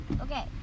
Okay